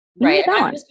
Right